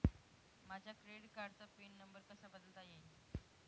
माझ्या क्रेडिट कार्डचा pin number कसा बदलता येईल?